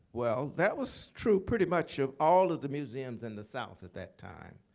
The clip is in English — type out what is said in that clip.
well, that was true pretty much of all of the museums in the south, at that time.